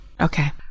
okay